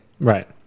Right